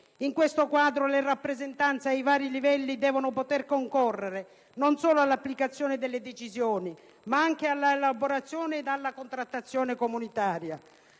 In questo quadro, le rappresentanze ai vari livelli devono poter concorrere non solo all'applicazione delle decisioni, ma anche alla elaborazione ed alla contrattazione comunitaria.